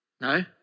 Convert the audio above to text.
No